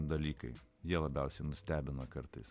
dalykai jie labiausiai nustebino kartais